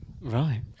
Right